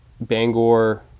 Bangor